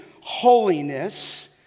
holiness